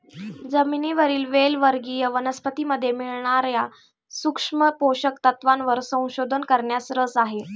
जमिनीवरील वेल वर्गीय वनस्पतीमध्ये मिळणार्या सूक्ष्म पोषक तत्वांवर संशोधन करण्यात रस आहे